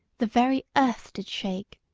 the very earth did shake,